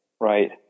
right